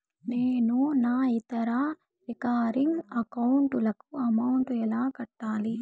నేను నా ఇతర రికరింగ్ అకౌంట్ లకు అమౌంట్ ఎలా కట్టాలి?